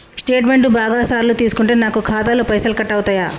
Statement బాగా సార్లు తీసుకుంటే నాకు ఖాతాలో పైసలు కట్ అవుతయా?